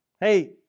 Hey